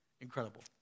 Incredible